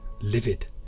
Livid